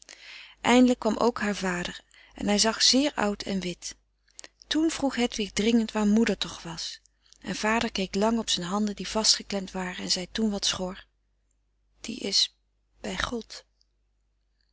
eindelijk kwam ook haar vader en hij zag zeer oud en wit toen vroeg hedwig dringend waar moeder toch was en vader keek lang op zijn handen die vastgeklemd waren en zei toen wat schor die is bij god